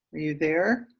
are you there?